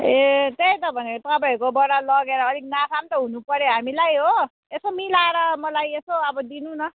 ए त्यही त भनेको तपाईँहरूकोबाट लगेर अलिक नाफा पनि त हुनुपऱ्यो हामीलाई हो यसो मिलाएर मलाई यसो अब दिनु न